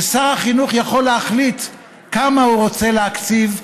ששר החינוך יכול להחליט כמה הוא רוצה להקציב ומתי.